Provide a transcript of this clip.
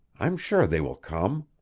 i'm sure they will come.